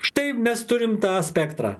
štai mes turim tą spektrą